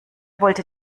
wollte